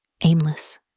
aimless